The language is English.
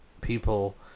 people